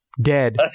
dead